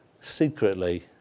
secretly